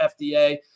FDA